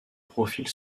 profil